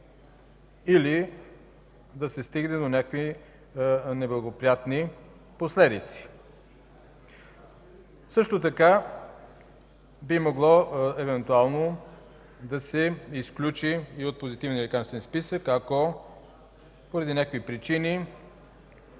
или да се стигне до някакви неблагоприятни последици. Също така би могло евентуално да се изключи и от Позитивния лекарствен списък, ако поради някакви причини,